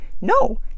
No